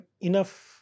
enough